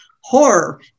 horror